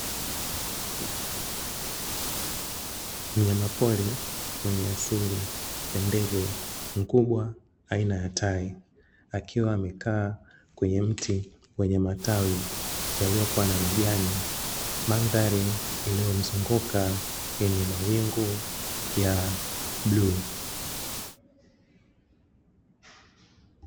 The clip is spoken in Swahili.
Mnyamapori mwenye asili ya ndege mkubwa aina ya tai, akiwa amekaa kwenye mti wenye matawi yaliyokuwa na majani. Mandhari iliyomzunguka yenye mawingu ya bluu.